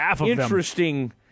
interesting